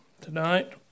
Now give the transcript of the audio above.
tonight